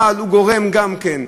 אבל הוא גורם גם כן,